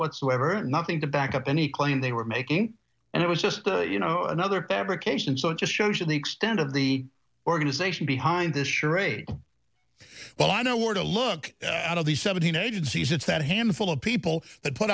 whatsoever nothing to back up any claim they were making and it was just you know another fabrication so it just shows you the extent of the organization behind this charade but i don't want to look out of the seventeen agencies it's that handful of people that put